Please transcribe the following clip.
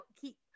keep